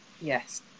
Yes